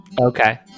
Okay